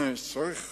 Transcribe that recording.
וצריך